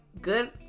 good